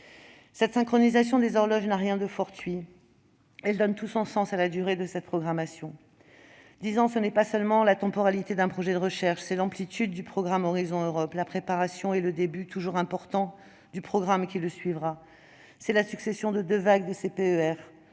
Cette synchronisation des horloges n'a rien de fortuit et donne tout son sens à la durée de cette programmation : dix ans, ce n'est pas seulement la temporalité d'un projet de recherche, c'est l'amplitude du programme Horizon Europe, la préparation et le début, toujours important, du programme qui le suivra, c'est la succession de deux vagues de CPER,